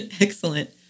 Excellent